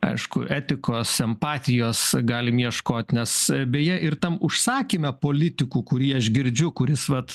aišku etikos empatijos galim ieškot nes beje ir tam užsakyme politikų kurį aš girdžiu kuris vat